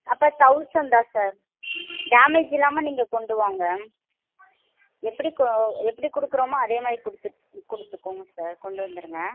அப்போ தௌசண்ட் தான் sir damage இல்லாமல் நீங்கள் கொண்டுவாங்க எப்படி கு எப்படி கொடுக்குறோமோ அதேமாதிரி கொடுத்து கொடுத்துக்கோங்க சார் கொண்டு வந்துடுங்க